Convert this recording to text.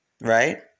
right